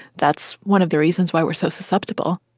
that's one of the reasons why we're so susceptible